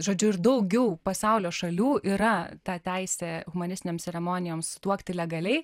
žodžiu ir daugiau pasaulio šalių yra ta teisė humanistinėm ceremonijoms tuokti legaliai